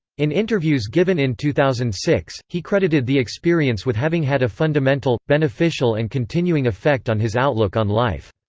in interviews given in two thousand and six, he credited the experience with having had a fundamental, beneficial and continuing effect on his outlook on life.